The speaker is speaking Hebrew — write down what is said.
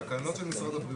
תקנות של משרד הבריאות.